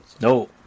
No